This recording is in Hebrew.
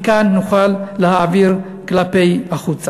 מכאן נוכל להעביר כלפי חוץ.